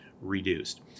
reduced